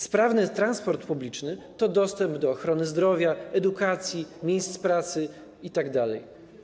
Sprawny transport publiczny to dostęp do ochrony zdrowia, edukacji, miejsc pracy itd.